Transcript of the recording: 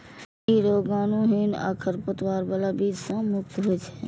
ई रोगाणुहीन आ खरपतवार बला बीज सं मुक्त होइ छै